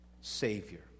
Savior